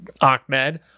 Ahmed